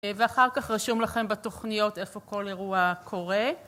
ואחר כך רשום לכם בתוכניות איפה כל אירוע קורה.